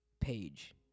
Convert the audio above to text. page